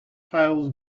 piles